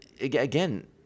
again